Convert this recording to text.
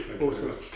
awesome